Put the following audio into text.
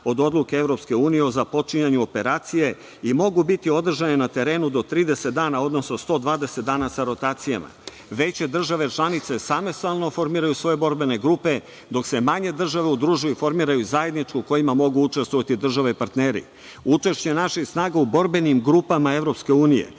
od odluke EU o započinjanju operacije i mogu biti održane na terenu do 30 dana, odnosno 120 dana sa rotacijama. Veće države članice samostalno formiraju svoje borbene grupe, dok se manje države udružuju, formiraju zajedničku u kojima mogu učestvovati države partneri. Učešće naših snaga u borbenim grupama EU